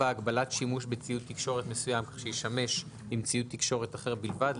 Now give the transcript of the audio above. (4)הגבלת שימוש בציוד תקשורת מסוים כך שישמש עם ציוד תקשורת אחר בלבד,